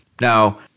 Now